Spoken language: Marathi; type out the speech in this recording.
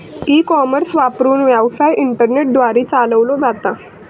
ई कॉमर्स वापरून, व्यवसाय इंटरनेट द्वारे चालवलो जाता